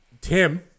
Tim